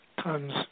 tons